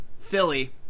Philly